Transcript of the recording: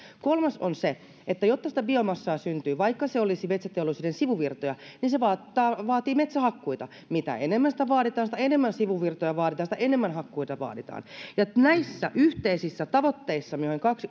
kolmas on se että jotta sitä biomassaa syntyy niin vaikka se olisi metsäteollisuuden sivuvirtoja se vaatii vaatii metsähakkuita mitä enemmän sitä vaaditaan sitä enemmän sivuvirtoja vaaditaan sitä enemmän hakkuita vaaditaan näissä yhteisissä tavoitteissa